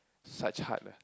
such heart ah